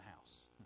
house